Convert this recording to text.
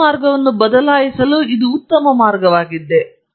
ವೃತ್ತಿ ಮಾರ್ಗವನ್ನು ಬದಲಾಯಿಸಲು ಇದು ಉತ್ತಮ ಮಾರ್ಗವಾಗಿದೆ